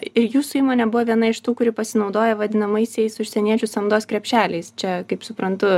ir jūsų įmonė buvo viena iš tų kuri pasinaudojo vadinamaisiais užsieniečių samdos krepšeliais čia kaip suprantu